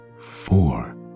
four